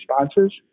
responses